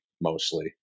mostly